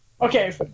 Okay